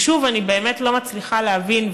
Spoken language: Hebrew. ושוב אני באמת לא מצליחה להבין,